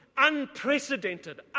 unprecedented